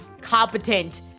competent